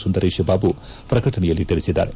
ಸುಂದರೇಶ ಬಾಬು ಪ್ರಕಟಣೆಯಲ್ಲಿ ತಿಳಿಸಿದ್ದಾರೆ